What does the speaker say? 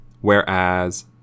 Whereas